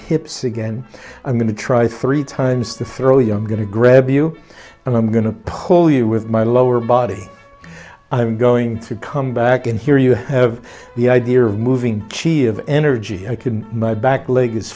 hips again i'm going to try three times to throw the i'm going to grab you and i'm going to pull you with my lower body i'm going to come back in here you have the idea of moving key of energy i can my back legs